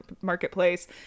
marketplace